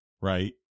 right